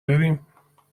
داریم